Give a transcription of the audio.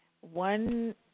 One